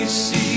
see